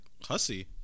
hussy